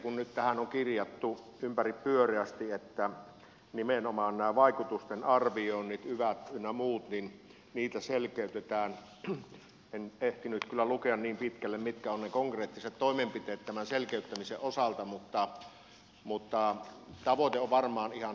kun nyt tähän on kirjattu ympäripyöreästi että nimenomaan näitä vaikutusten arviointeja yvat ynnä muut selkeytetään en ehtinyt kyllä lukea niin pitkälle mitkä ovat ne konkreettiset toimenpiteet tämän selkeyttämisen osalta mutta tavoite on varmaan ihan hyvä